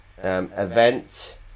Event